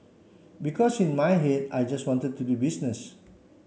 because in my head I just wanted to do business